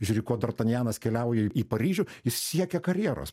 žiūri ko dartanjanas keliauja į paryžių jis siekia karjeros